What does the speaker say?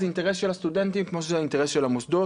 זה אינטרס של הסטודנטים כמו שזה האינטרס של המוסדות,